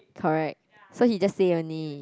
correct so he just say only